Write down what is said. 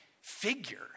figure